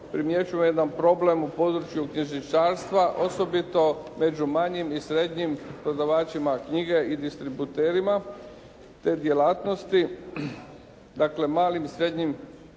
primjećujemo jedan problem u području knjižničarstva osobito među manjim i srednjim prodavačima knjige i distributerima te djelatnosti. Dakle malim i srednjim